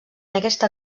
aquesta